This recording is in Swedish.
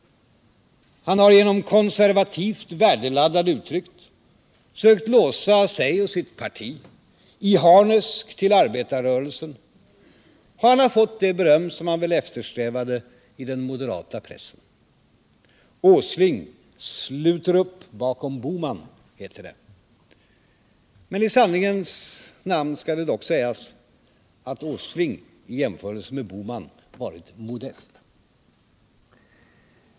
Han har genom konservativt värdeladdade uttryck sökt låsa sig och sitt parti i harnesk till arbetarrörelsen. Han har fått det beröm som han väl eftersträvade i den moderata pressen. Åsling sluter upp bakom Bohman, heter det. Men i sanningens namn skall det dock sägas att Nils Åsling i jämförelse med Gösta Bohman varit modest.